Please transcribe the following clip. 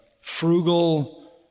frugal